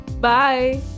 bye